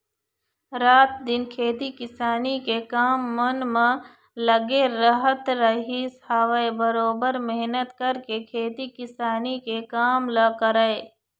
रात दिन खेती किसानी के काम मन म लगे रहत रहिस हवय बरोबर मेहनत करके खेती किसानी के काम ल करय